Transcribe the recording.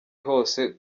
hose